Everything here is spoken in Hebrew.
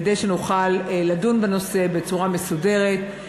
כדי שנוכל לדון בנושא בצורה מסודרת,